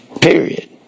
Period